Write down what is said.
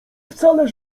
wcale